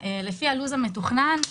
לפי לוח הזמנים המתוכנן,